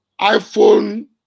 iPhone